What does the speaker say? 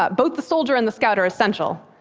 but both the soldier and the scout are essential.